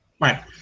Right